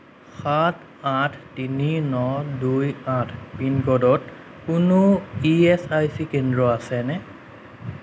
সাত আঠ তিনি ন দুই আঠ পিনক'ডত কোনো ই এছ আই চি কেন্দ্র আছেনে